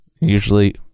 Usually